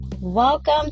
Welcome